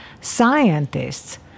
scientists